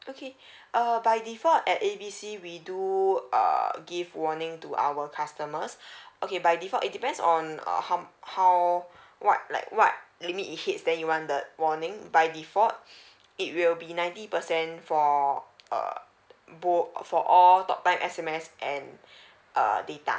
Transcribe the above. okay uh by default at A B C we do err give warning to our customers okay by default it depends on err how how what like what limit it hit then you want the warnings by default it will be ninety percent for err bo~ for all talk time S_M_S and err data